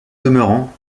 demeurant